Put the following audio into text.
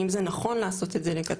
האם זה נכון לעשות את זה לקטין.